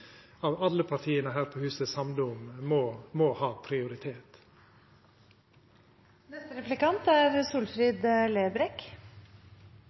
at alle partia her på huset er samde om må ha